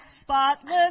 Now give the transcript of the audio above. spotless